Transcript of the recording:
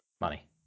Money